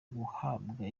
guhabwa